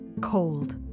Cold